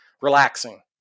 relaxing